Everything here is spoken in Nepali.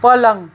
पलङ